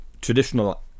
traditional